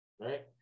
Right